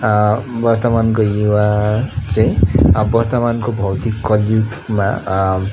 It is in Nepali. वर्तमानको युवा चाहिँ वर्तमानको भौतिक कलियुगमा